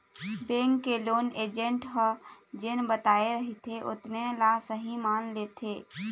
bank के loan agent ह जेन बताए रहिथे ओतने ल सहीं मान लेथे